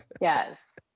yes